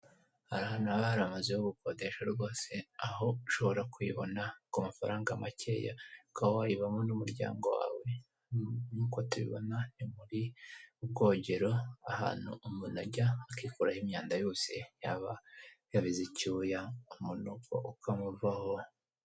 Hari aha harimaze ho gukodesha rwose aho ushobora kwibona ku mafaranga makeya kawaiyivamo n'umuryango wawe, nk'uko tubibona ni mu bwogero ahantu umuntu ajya akikuraho imyanda yose yaba yabize icyuya umunuko ukamuvaho.